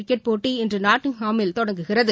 cricket போட்டி இன்றுநாட்டிங்ஹாமில் தொடங்குகிறது